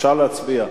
אפשר להצביע.